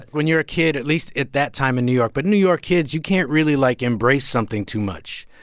when you're a kid, at least at that time in new york but new york kids, you can't really, like, embrace something too much.